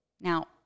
Now